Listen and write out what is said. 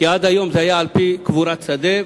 כי עד היום זה היה על-פי קבורת שדה,